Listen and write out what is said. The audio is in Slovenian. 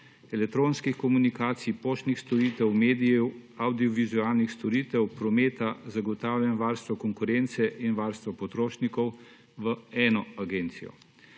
elektronskih komunikacij, poštnih storitev, medijev, avdiovizualnih storitev, prometa, zagotavljanja varstva konkurence in varstva potrošnikov v eno agencijo